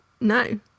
No